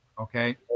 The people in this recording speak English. Okay